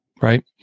Right